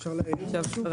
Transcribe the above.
עכשיו,